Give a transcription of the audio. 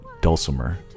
dulcimer